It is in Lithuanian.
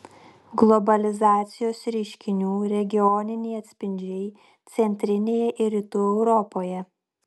globalizacijos reiškinių regioniniai atspindžiai centrinėje ir rytų europoje